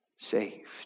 saved